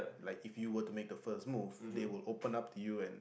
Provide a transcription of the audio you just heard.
like if you were to make the first move they will open up to you and